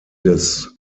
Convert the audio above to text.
des